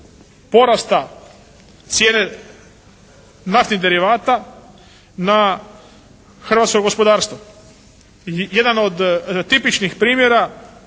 porasta cijene naftnih derivata na hrvatsko gospodarstvo. I jedan od tipičnih primjera